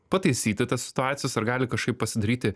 pataisyti tas situacijas ar gali kažkaip pasidaryti